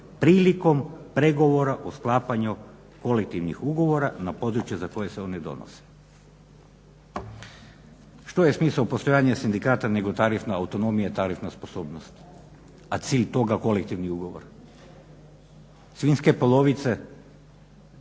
prilikom pregovora o sklapanju kolektivnih ugovora na području za koje se one donose." Što je smisao postojanja sindikata, nego tarifna autonomija, tarifna sposobnost, a cilj toga kolektivni ugovor. Svinjske polovice,